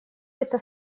это